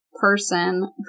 person